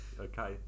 okay